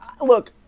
look